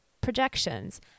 projections